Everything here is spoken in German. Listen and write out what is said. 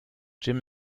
jim